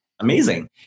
amazing